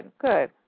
good